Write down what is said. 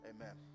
Amen